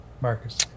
Marcus